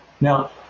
Now